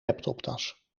laptoptas